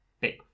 big